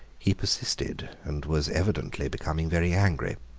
he persisted, and was evidently becoming very angry.